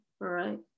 right